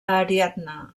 ariadna